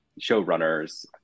showrunners